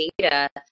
data